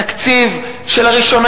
תקציב שלראשונה,